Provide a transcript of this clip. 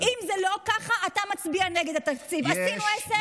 אם זה לא ככה, אתה מצביע נגד התקציב, עשינו עסק?